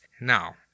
Now